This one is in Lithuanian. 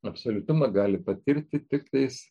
absoliutumą gali patirti tiktais